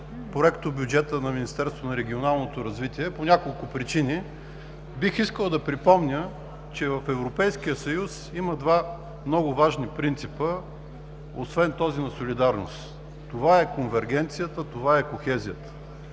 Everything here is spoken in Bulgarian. регионалното развитие по няколко причини. Бих искал да припомня, че в Европейския съюз има два много важни принципа, освен този на солидарност. Това е конвергенцията, това е кохезията.